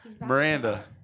Miranda